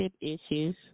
issues